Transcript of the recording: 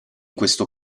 questo